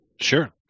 Sure